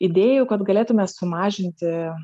idėjų kad galėtume sumažinti